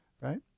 right